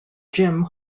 jim